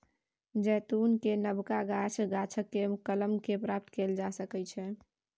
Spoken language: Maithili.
जैतून केर नबका गाछ, गाछकेँ कलम कए प्राप्त कएल जा सकैत छै